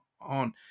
on